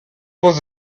was